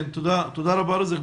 כן, תודה רבה, רזניק.